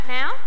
now